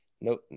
no